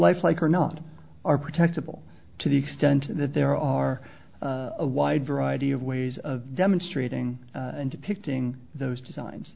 life like or not are protected will to the extent that there are a wide variety of ways of demonstrating and depicting those designs